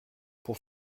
pour